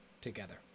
together